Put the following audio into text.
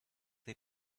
they